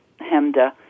Hemda